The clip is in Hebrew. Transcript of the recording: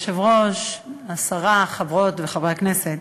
כבוד היושב-ראש, השרה, חברות וחברי הכנסת,